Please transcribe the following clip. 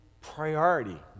priority